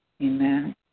Amen